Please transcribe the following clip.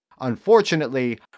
Unfortunately